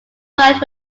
worked